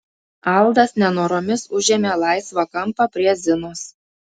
aldas nenoromis užėmė laisvą kampą prie zinos